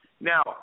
Now